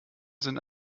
sind